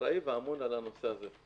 האחראי ואמון על הנושא הזה.